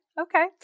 Okay